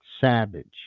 savage